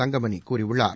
தங்கமணி கூறியுள்ளார்